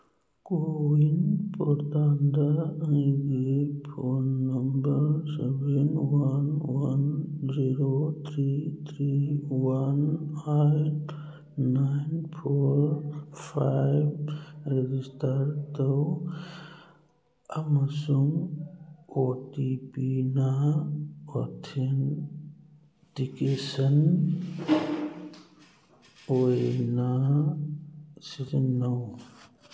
CoWIN ꯄꯣꯔꯇꯥꯜꯗ ꯑꯩꯒꯤ phone number seven one one zero three three one eight nine four five register ꯇꯧ ꯑꯃꯁꯨꯡ O T ꯄꯤꯅ authentication ꯑꯣꯏꯅ ꯁꯤꯖꯤꯟꯅꯧ